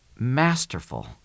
masterful